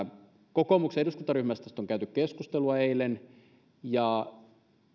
kokoomuksen eduskuntaryhmässä tästä on käyty keskustelua eilen ja